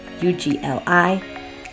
U-G-L-I